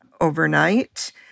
overnight